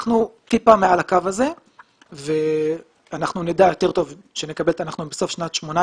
אנחנו טיפה מעל הקו הזה ואנחנו נדע יותר טוב בסוף שנת 2018